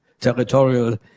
territorial